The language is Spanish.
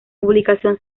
publicación